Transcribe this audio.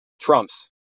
trumps